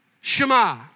shema